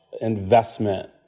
investment